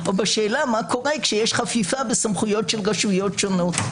או בשאלה מה קורה כאשר יש חפיפה בסמכויות של רשויות שונות,